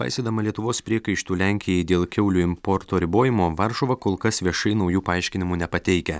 paisydama lietuvos priekaištų lenkijai dėl kiaulių importo ribojimo varšuva kol kas viešai naujų paaiškinimų nepateikia